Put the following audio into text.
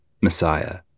Messiah